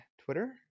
Twitter